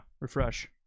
Refresh